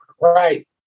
right